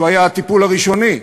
שהוא היה הטיפול הראשוני,